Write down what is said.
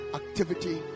activity